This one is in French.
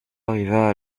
arriva